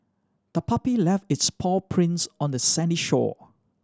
the puppy left its paw prints on the sandy shore